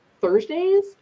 Thursdays